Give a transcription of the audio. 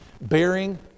bearing